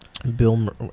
Bill